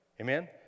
Amen